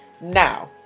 Now